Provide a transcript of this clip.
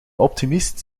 optimist